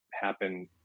happen